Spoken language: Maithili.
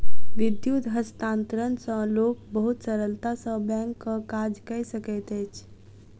विद्युत हस्तांतरण सॅ लोक बहुत सरलता सॅ बैंकक काज कय सकैत अछि